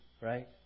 right